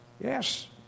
Yes